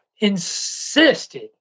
insisted